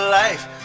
life